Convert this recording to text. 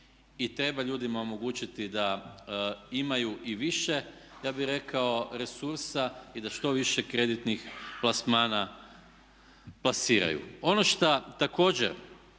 i treba ljudima omogućiti da imaju i više ja bih rekao resursa i da štoviše kreditnih plasmana plasiraju. Ono šta također